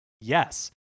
yes